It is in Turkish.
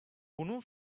bunun